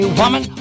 woman